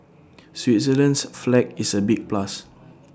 Switzerland's flag is A big plus